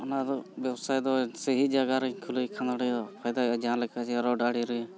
ᱚᱱᱟ ᱫᱚ ᱵᱮᱵᱽᱥᱟ ᱫᱚ ᱥᱟᱹᱦᱤ ᱡᱟᱭᱜᱟ ᱨᱮᱧ ᱠᱷᱩᱞᱟᱹᱣ ᱮᱠᱷᱟᱱ ᱚᱸᱰᱮ ᱯᱷᱟᱭᱫᱟ ᱡᱟᱦᱟᱸ ᱞᱮᱠᱟ ᱡᱮ ᱨᱳᱰ ᱟᱲᱮᱨᱮ